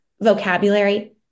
vocabulary